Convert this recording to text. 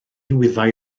wyddai